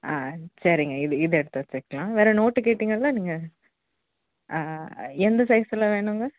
ஆ சரிங்க இது இதை எடுத்து வச்சுக்கலாம் வேறு நோட்டு கேட்டீங்கள்லே நீங்கள் ஆ எந்த சைஸில் வேணுமுங்க